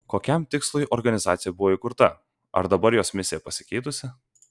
kokiam tikslui organizacija buvo įkurta ar dabar jos misija pasikeitusi